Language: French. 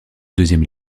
deuxième